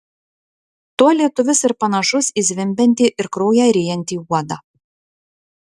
tuo lietuvis ir panašus į zvimbiantį ir kraują ryjantį uodą